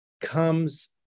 comes